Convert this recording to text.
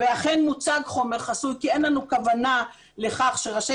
- ואכן מוצג חומר חסוי כי אין לנו כוונה לכך שראשי